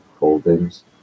holdings